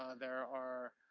um there are,